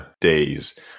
days